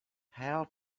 how